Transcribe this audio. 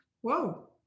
Whoa